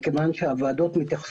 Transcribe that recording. לכן כשאמר